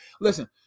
Listen